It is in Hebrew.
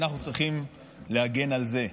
אנחנו צריכים להגן על זה,